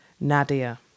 Nadia